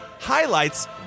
highlights